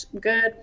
good